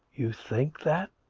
you think that!